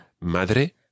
Madre